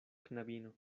knabino